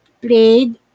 played